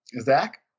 Zach